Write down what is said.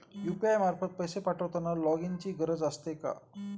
UPI मार्फत पैसे पाठवताना लॉगइनची गरज असते का?